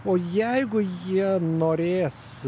o jeigu jie norės